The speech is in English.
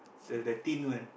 the the thin one